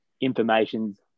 information's